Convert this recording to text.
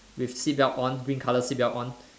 with seat belt on green colour seat belt on